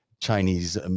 Chinese